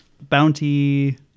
Bounty